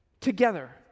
together